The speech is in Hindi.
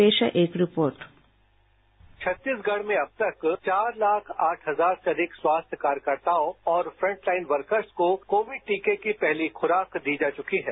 पेश है एक रिपोर्ट छत्तीसगढ़ में अब तक चार लाख आठ हजार से अधिक स्वास्थ्य कार्यकर्ताओं और फ्रंटलाइन वर्कर्स को कोविड टीके की पहली खुराक दी जा चुकी है